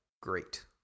great